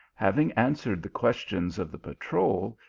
having answered the questions of the patrol,